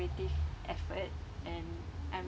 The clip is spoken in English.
cooperative effort and I'm